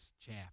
chaff